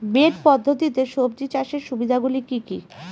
Bed পদ্ধতিতে সবজি চাষের সুবিধাগুলি কি কি?